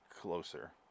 closer